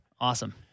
Awesome